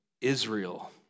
Israel